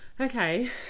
Okay